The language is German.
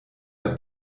der